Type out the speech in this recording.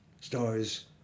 Stars